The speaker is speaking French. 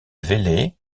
velay